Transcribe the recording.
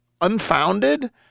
unfounded